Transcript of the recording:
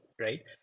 right